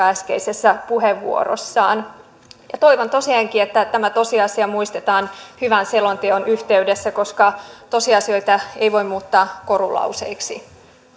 äskeisessä puheenvuorossaan toivon tosiaankin että tämä tosiasia muistetaan hyvän selonteon yhteydessä koska tosiasioita ei voi muuttaa korulauseiksi